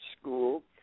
school